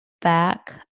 back